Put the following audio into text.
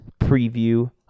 preview